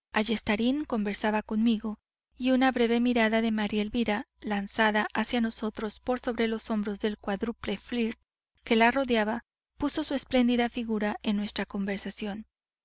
miércoles ayestarain conversaba conmigo y una breve mirada de maría elvira lanzada hacia nosotros por sobre los hombros del cuádruple flirt que la rodeaba puso su espléndida figura en nuestra conversación